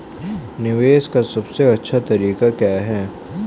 निवेश का सबसे अच्छा तरीका क्या है?